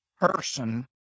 person